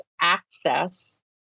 access